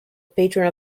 patron